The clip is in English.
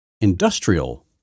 industrial